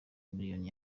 miliyoni